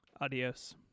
Adios